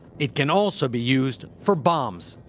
it can, also, be used for bombs.